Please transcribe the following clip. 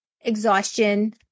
exhaustion